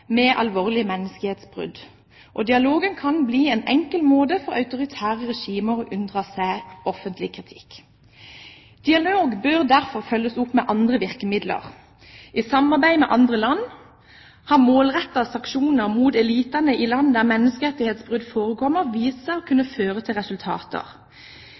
Dialogen kan bli en enkel måte for autoritære regimer å unndra seg offentlig kritikk. Dialog bør derfor følges opp med andre virkemidler. I samarbeid med andre land har målrettede sanksjoner mot eliten i landet der menneskerettighetsbrudd forekommer, vist seg å kunne føre til resultater.